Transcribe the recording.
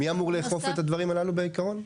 מי אמור לאכוף את הדברים הללו בעיקרון?